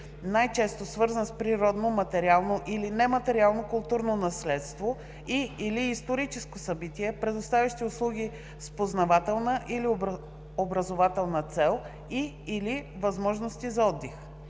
най-често свързан с природно, материално или нематериално културно наследство и/или историческо събитие, предоставящ услуги с познавателна или образователна цел и/или възможности за отдих.